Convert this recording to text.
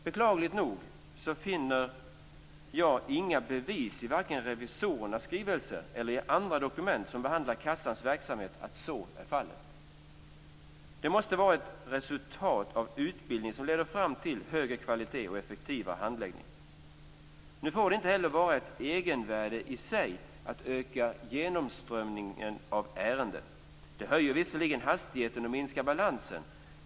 Beklagligt nog finner jag inga bevis i varken revisorernas skrivelse eller andra dokument som behandlar kassans verksamhet för att så är fallet. Det måste vara ett resultat av utbildning som leder fram till högre kvalitet och effektivare handläggning. Nu får det inte heller vara ett egenvärde i sig att öka genomströmningen av ärenden. Det höjer visserligen hastigheten och minskar balansen.